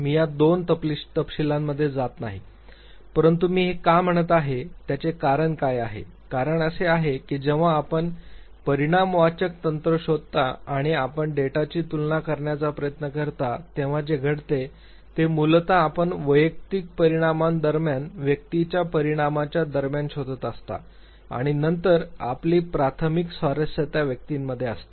मी या दोन तपशीलांमध्ये जात नाही परंतु मी हे का म्हणत आहे त्याचे कारण काय आहे कारण असे आहे की जेव्हा आपण परिमाणवाचक तंत्र शोधता आणि आपण डेटाची तुलना करण्याचा प्रयत्न करता तेव्हा जे घडते ते मूलतः आपण वैयक्तिक परिणामांदरम्यान व्यक्तीच्या परिणामाच्या दरम्यान शोधत असता आणि नंतर आपली प्राथमिक स्वारस्यता व्यक्तीमध्ये असते